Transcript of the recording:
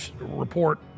report